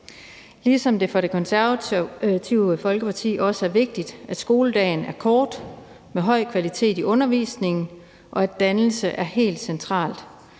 ligesom det for Det Konservative Folkeparti også er vigtigt, at skoledagen er kort med høj kvalitet i undervisningen, og at dannelse er helt centralt.